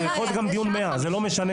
זה יכול להיות גם דיון 100, זה לא משנה.